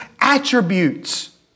attributes